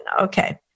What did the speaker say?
okay